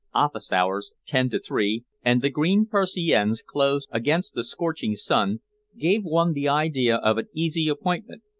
office hours, ten to three, and the green persiennes closed against the scorching sun give one the idea of an easy appointment,